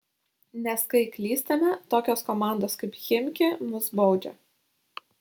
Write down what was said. nes kai klystame tokios komandos kaip chimki mus baudžia